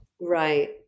right